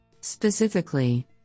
Specifically